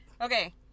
Okay